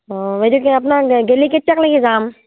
অঁ বাইদেউ কি আপোনাক গ'লে কেতিয়া লৈকে যাম